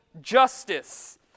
justice